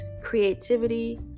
creativity